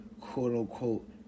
quote-unquote